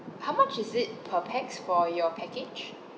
how much is it per pax for your package